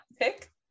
pick